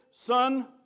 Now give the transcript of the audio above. Son